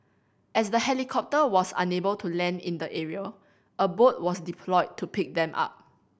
as the helicopter was unable to land in the area a boat was deployed to pick them up